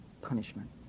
punishment